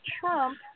Trump